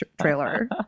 trailer